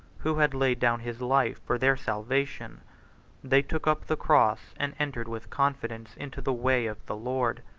who had laid down his life for their salvation they took up the cross, and entered with confidence into the way of the lord.